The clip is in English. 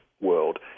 world